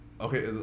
okay